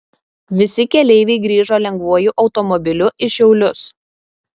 visi keleiviai grįžo lengvuoju automobiliu į šiaulius